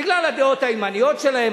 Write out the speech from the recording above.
בגלל הדעות הימניות שלהם,